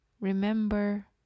remember